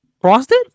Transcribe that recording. frosted